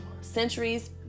centuries